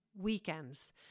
weekends